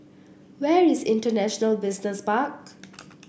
where is International Business Park